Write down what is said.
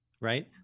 right